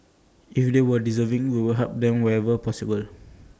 if they are deserving we will help them wherever possible